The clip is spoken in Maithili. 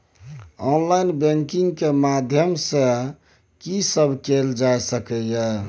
ऑनलाइन बैंकिंग के माध्यम सं की सब कैल जा सके ये?